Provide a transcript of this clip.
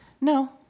No